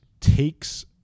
takes